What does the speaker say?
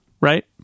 Right